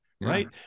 right